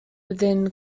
within